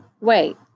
wait